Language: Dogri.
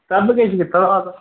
सब किश निकला दा हा